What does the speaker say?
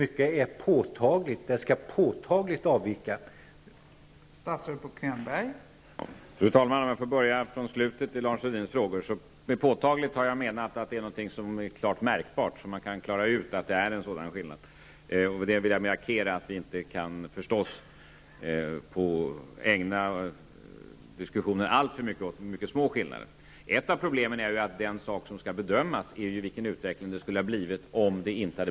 Och vad innebär ''påtagligt'' i uttrycket om sänkningen ''påtagligt avviker'' från kostnaden för sjuklönen?